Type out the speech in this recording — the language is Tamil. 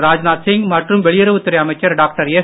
ராஜ்நாத் சிங் மற்றும் வெளியுறவுத் துறை அமைச்சர் டாக்டர் எஸ்